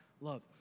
love